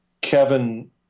Kevin